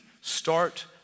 start